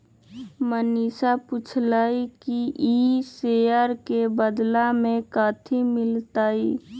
मनीषा पूछलई कि ई शेयर के बदला मे कथी मिलतई